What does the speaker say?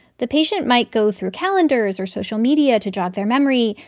the patient might go through calendars or social media to jog their memory.